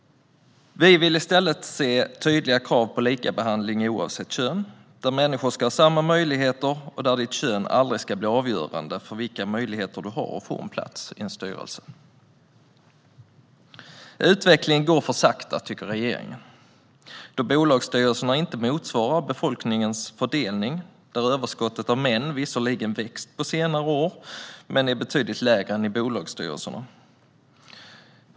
Vi vill i stället se tydliga krav på likabehandling oavsett kön, där människor ska ha samma möjligheter och där ditt kön aldrig ska bli avgörande för vilka möjligheter du har att få en plats i en styrelse. Utvecklingen går för sakta, tycker regeringen, då bolagsstyrelserna inte motsvarar befolkningens fördelning, där överskottet av män visserligen har vuxit under senare år men är betydligt lägre än i bolagsstyrelserna.